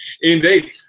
Indeed